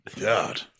God